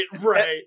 right